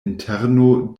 interno